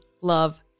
love